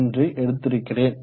1 எடுத்திருக்கிறேன்